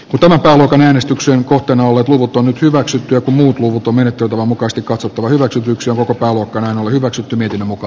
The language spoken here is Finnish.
mutta megaluokan äänestyksen kohteena olleet luvut on hyväksytty muutu menettelytavan mukaista katsottava hyväksytyksi on alkanu hyväksytty miten muka